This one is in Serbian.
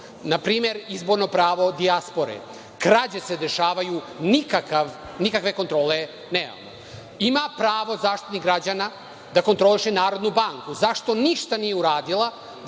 Na primer, izborno pravo dijaspore, krađe se dešavaju, nikakve kontrole nemamo. Ima pravo Zaštitnik građana da kontroliše Narodnu banku, zašto ništa nije uradila